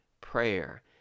prayer